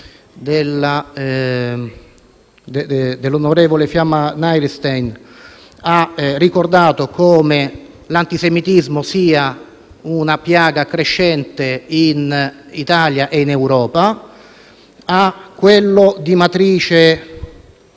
dell'onorevole Fiamma Nirenstein, ha ricordato come l'antisemitismo sia una piaga crescente in Italia e in Europa. A quello "storico",